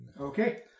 Okay